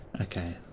Okay